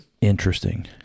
Interesting